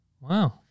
Wow